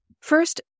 first